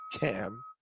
Cam